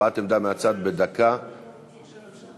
מה עשיתם פה אלפיים שנה כשלא היינו?